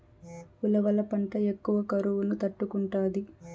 ఉలవల పంట ఎక్కువ కరువును తట్టుకుంటాది